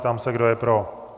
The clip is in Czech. Ptám se, kdo je pro.